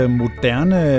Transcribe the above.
moderne